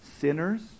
sinners